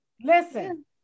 Listen